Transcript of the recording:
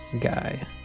guy